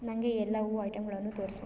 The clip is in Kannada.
ನನಗೆ ಎಲ್ಲ ಹೂ ಐಟಂಗಳನ್ನು ತೋರಿಸು